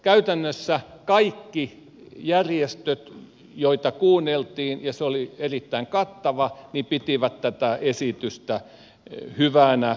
käytännössä kaikki järjestöt joita kuunneltiin ja se oli erittäin kattavaa pitivät tätä esitystä hyvänä